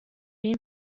این